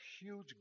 huge